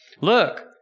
Look